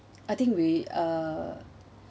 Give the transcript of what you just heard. I think we uh